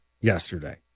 yesterday